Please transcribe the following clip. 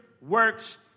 works